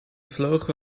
vlogen